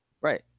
Right